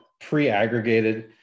pre-aggregated